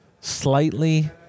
Slightly